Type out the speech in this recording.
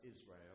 Israel